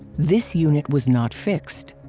this unit was not fixed.